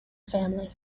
family